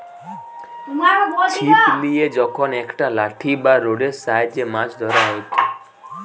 ছিপ লিয়ে যখন একটা লাঠি বা রোডের সাহায্যে মাছ ধরা হয়টে